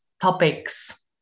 topics